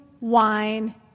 wine